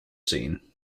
scene